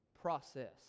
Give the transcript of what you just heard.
process